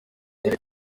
muri